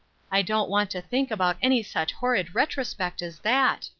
i don't want to think about any such horrid retrospect as that!